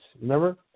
Remember